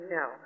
no